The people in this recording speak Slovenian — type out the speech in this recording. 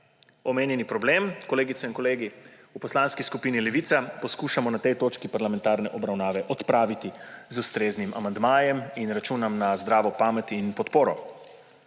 Omenjeni problem, kolegice in kolegi, v Poslanki skupini Levica poskušamo na tej točki parlamentarne obravnave odpraviti z ustreznim amandmajem in računam na zdravo pamet in podporo.